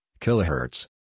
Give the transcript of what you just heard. kilohertz